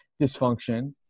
dysfunction